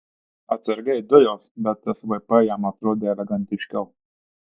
atsargiai dujos bet svp jam atrodė elegantiškiau